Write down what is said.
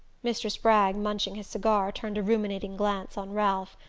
mr. spragg, munching his cigar, turned a ruminating glance on ralph.